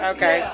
Okay